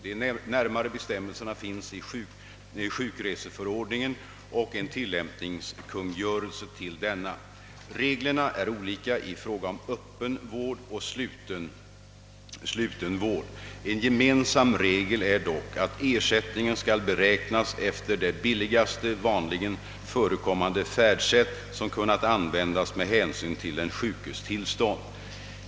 De närmare bestämmelserna finns i sjukreseförordningen och en tillämpningskungörelse till denna. Reglerna är olika i fråga om öppen vård och sluten vård. En gemensam regel är dock att ersättningen skall beräknas efter det billigaste, vanligen förekommande färdsätt, som kunnat användas med hänsyn till den sjukes tillstånd.